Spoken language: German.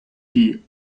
die